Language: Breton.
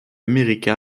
amerika